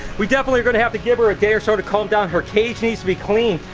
we definitely are gonna have to give her a day or so to calm down. her cage needs to be cleaned.